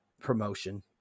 promotion